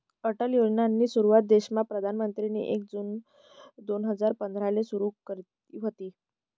अटल योजनानी सुरुवात देशमा प्रधानमंत्रीनी एक जून दोन हजार पंधराले सुरु करी व्हती